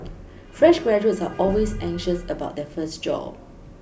fresh graduates are always anxious about their first job